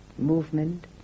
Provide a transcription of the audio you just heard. movement